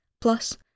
Plus